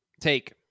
Take